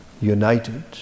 united